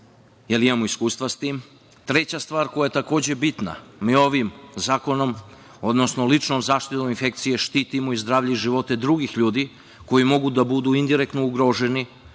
jer imamo iskustva sa tim. Treća stvar, koja je takođe bitna, mi ovim zakonom, odnosno ličnom zaštitom od infekcije štitimo i zdravlje i živote drugih ljudi koji mogu da budu indirektno ugroženi